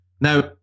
Now